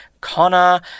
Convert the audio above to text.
Connor